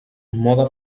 mode